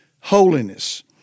holiness